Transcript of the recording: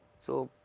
so,